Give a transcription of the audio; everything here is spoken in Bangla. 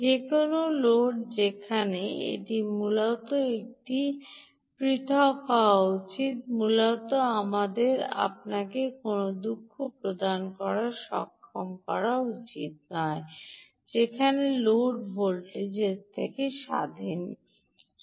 যে কোনও লোড যেখানে এবং এটি মূলত এটি যে কোনও থেকে পৃথক হওয়া উচিত মূলত আমাদের আপনাকে কোনও দুঃখ প্রদান করতে সক্ষম হওয়া উচিত যেকোন লোড ভোল্টেজের থেকে স্বাধীন বলতে দিন